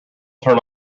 turn